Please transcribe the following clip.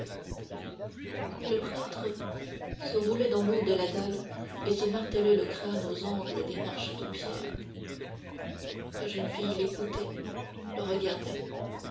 le prêtre se roulait dans l'eau de la dalle et se martelait le crâne aux angles des marches de pierre la jeune fille l'écoutait le regardait